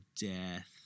Death